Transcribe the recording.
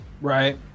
Right